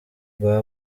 rwa